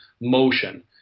motion